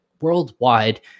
worldwide